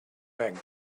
bank